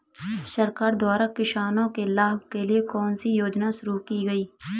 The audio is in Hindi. सरकार द्वारा किसानों के लाभ के लिए कौन सी योजनाएँ शुरू की गईं?